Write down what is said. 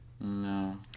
No